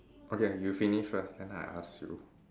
okay you finish first then I ask you